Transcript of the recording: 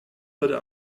heute